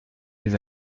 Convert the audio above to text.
les